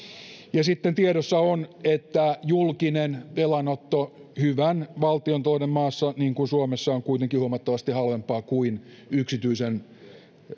ja tiedossa on että julkinen velanotto hyvän valtiontalouden maassa niin kuin suomessa on kuitenkin huomattavasti halvempaa kuin yksityisen